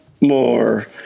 more